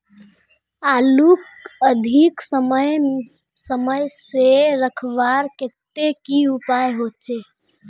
आलूक अधिक समय से रखवार केते की उपाय होचे?